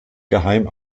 geheim